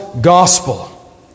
gospel